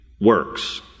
works